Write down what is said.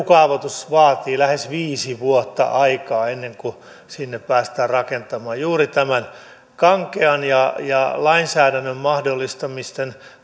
kaavoitus vaatii lähes viisi vuotta aikaa ennen kuin sinne päästään rakentamaan juuri näiden kankeiden ja ja lainsäädännön mahdollistamien